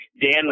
Dan